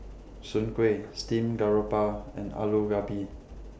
Soon Kway Steamed Garoupa and Aloo Gobi